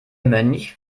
mönch